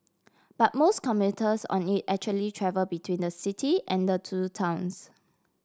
but most commuters on it actually travel between the city and the two towns